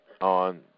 on